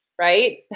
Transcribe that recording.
right